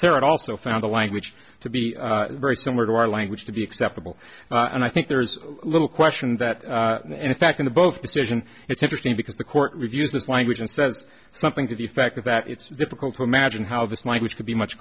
e also found a language to be very similar to our language to be acceptable and i think there's little question that in fact in the both decision it's interesting because the court reviews its language and says something to the effect that it's difficult to imagine how the language could be much